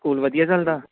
school ਵਧੀਆ ਚਲਦਾ